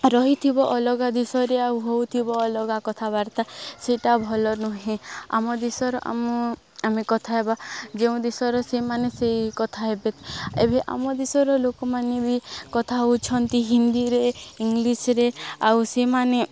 ରହିଥିବ ଅଲଗା ଦେଶରେ ଆଉ ହଉଥିବ ଅଲଗା କଥାବାର୍ତ୍ତା ସେଇଟା ଭଲ ନୁହେଁ ଆମ ଦେଶର ଆମ ଆମେ କଥା ହେବା ଯେଉଁ ଦେଶର ସେମାନେ ସେଇ କଥା ହେବେ ଏବେ ଆମ ଦେଶର ଲୋକମାନେ ବି କଥା ହେଉଛନ୍ତି ହିନ୍ଦୀରେ ଇଂଲିଶରେ ଆଉ ସେମାନେ